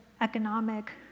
economic